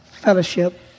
fellowship